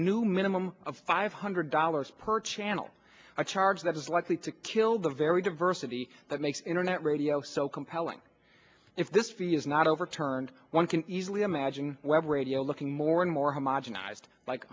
new minimum of five hundred dollars per channel a charge that is likely to kill the very diversity that makes internet radio so compelling if this fee is not overturned one can easily imagine web radio looking more and more homogenized like